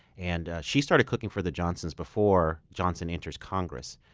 and ah she started cooking for the johnsons before johnson enters congress,